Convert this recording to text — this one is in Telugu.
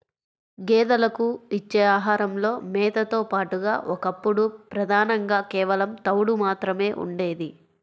గేదెలకు ఇచ్చే ఆహారంలో మేతతో పాటుగా ఒకప్పుడు ప్రధానంగా కేవలం తవుడు మాత్రమే ఉండేది